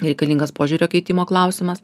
nereikalingas požiūrio keitimo klausimas